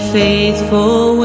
faithful